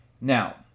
Now